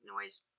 noise